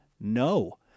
No